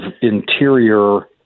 interior